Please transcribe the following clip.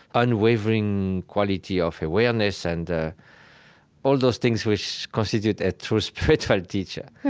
unwavering quality of awareness, and ah all those things which constitute a true spiritual teacher.